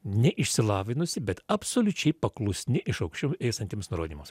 neišsilavinusi bet absoliučiai paklusni iš aukščiau eisiantiems nurodymams